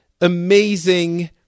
amazing